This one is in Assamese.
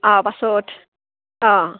অ পাছত অঁ